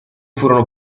furono